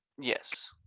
Yes